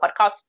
podcast